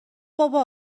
بابا